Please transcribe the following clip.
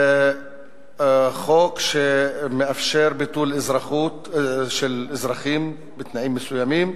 חוק שמאפשר ביטול אזרחות של אזרחים בתנאים מסוימים,